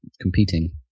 competing